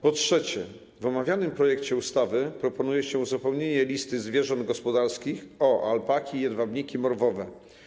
Po trzecie, w omawianym projekcie ustawy proponuje się uzupełnienie listy zwierząt gospodarskich o alpaki i jedwabniki morwowe.